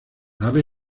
ave